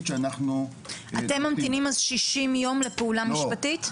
שאנחנו- -- אתם ממתינים אז 60 יום לפעולה משפטית?